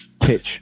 pitch